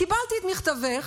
"קיבלתי את מכתבך,